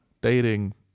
dating